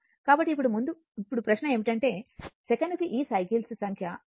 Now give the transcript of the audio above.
కాబట్టి ఇప్పుడు ప్రశ్న ఏమిటంటే సెకనుకు ఈ సైకిల్స్ సంఖ్య f